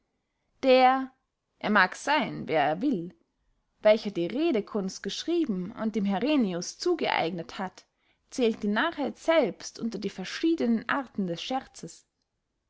der er mag seyn wer er will welcher die redekunst geschrieben und dem herennius zugeeignet hat zählt die narrheit selbst unter die verschiedenen arten des scherzes